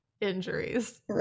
injuries